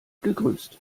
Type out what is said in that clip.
gegrüßt